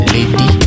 Lady